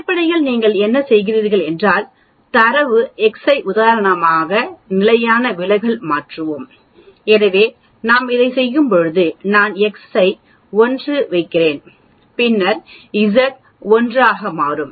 அடிப்படையில் நீங்கள் என்ன செய்கிறீர்கள் என்றால் தரவு x ஐ உதாரணமாக நிலையான விலகல் மாற்றுவோம் எனவே நாம் இதைச் செய்யும்போது நான் எக்ஸ் ஆக1 ஐ வைத்திருக்கிறேன் பின்னர் Z 1 ஆக மாறும்